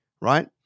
right